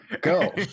Go